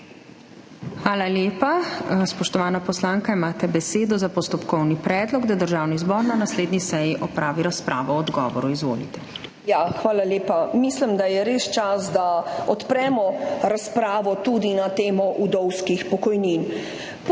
Hvala lepa. Spoštovana poslanka, imate besedo za postopkovni predlog, da Državni zbor na naslednji seji opravi razpravo o odgovoru. Izvolite. **IVA DIMIC (PS NSi):** Hvala lepa. Mislim, da je res čas, da odpremo razpravo tudi na temo vdovskih pokojnin.